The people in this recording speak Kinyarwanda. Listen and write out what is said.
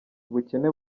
ubukene